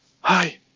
Hi